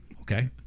Okay